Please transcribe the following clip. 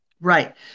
Right